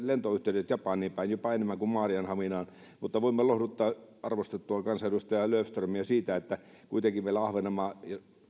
lentoyhteydet japaniin päin jopa enemmän lentoja kuin maarianhaminaan mutta voimme lohduttaa arvostettua kansanedustaja löfströmiä sillä että kuitenkin vielä ahvenanmaa